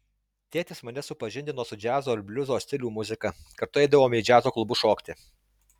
tėtis mane supažindino su džiazo ir bliuzo stilių muzika kartu eidavome į džiazo klubus šokti